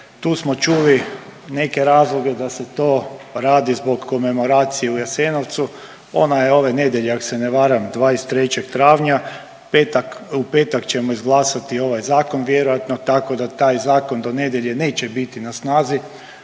Tu smo čuli neke razloge da se to radi zbog komemoracije u Jasenovcu. Ona je ove nedjelje, ako se ne varam, 23. travnja, petak, u petak ćemo izglasati ovaj Zakon, tako da taj Zakon do nedjelje neće biti na snazi,